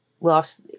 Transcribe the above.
lost